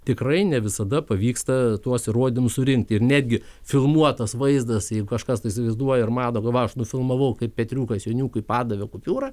tikrai ne visada pavyksta tuos įrodymus surinkti ir netgi filmuotas vaizdas kažkas įsivaizduoja ir mano galva aš nufilmavau kaip petriukas joniukui padaro kupiūrą